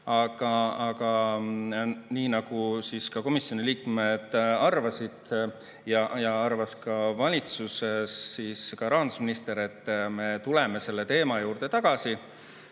Aga nii nagu komisjoni liikmed arvasid ja arvas ka valitsuses rahandusminister, et me tuleme selle teema juurde tagasi